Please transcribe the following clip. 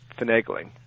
finagling